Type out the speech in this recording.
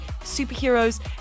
superheroes